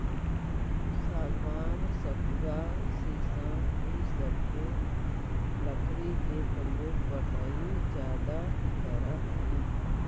सागवान, सखुआ शीशम इ सब के लकड़ी के प्रयोग बढ़ई ज्यादा करऽ हई